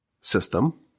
system